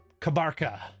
Kabarka